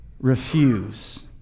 refuse